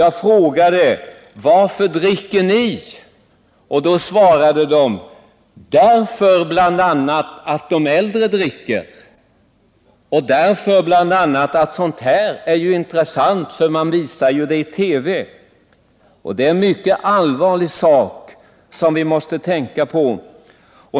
Jag frågade: Varför dricker ni? Då svarade de: Därför bl.a. att de äldre dricker och därför bl.a. att sådant här är intressant, för det visas ju i TV. Jag tycker att detta är en mycket allvarlig sak, som vi måste tänka på.